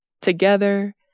Together